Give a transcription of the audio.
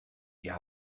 ihr